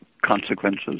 consequences